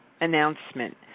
announcement